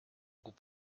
goût